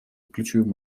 ключевым